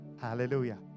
Hallelujah